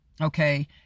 okay